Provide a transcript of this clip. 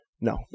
No